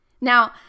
Now